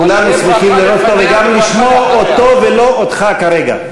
כולנו שמחים לראות אותו וגם לשמוע אותו ולא אותך כרגע.